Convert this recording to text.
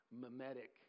mimetic